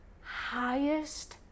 highest